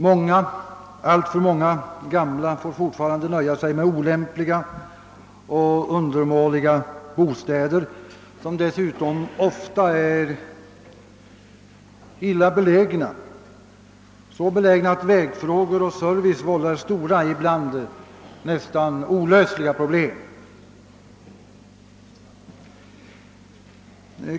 Många — alltför många — gamla får fortfarande nöja sig med olämpliga och undermåliga bostäder, som dessutom ofta är så illa belägna att vägfrågor och service vållar stora — ibland nästan olösliga — problem.